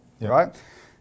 right